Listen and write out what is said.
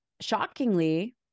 shockingly